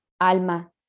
Alma